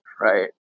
Right